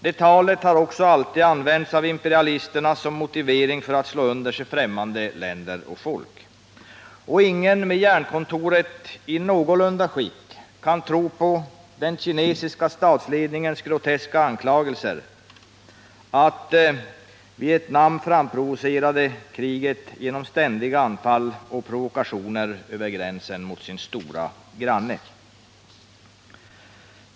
Det talet har också alltid använts av imperialisterna som motivering för att slå under sig främmande länder och folk. Ingen med hjärnkontoret i någorlunda gott skick kan tro på den kinesiska statsledningens groteska anklagelser att Vietnam framprovocerade kriget genom ständiga anfall och provokationer över gränsen mot sin stora granne.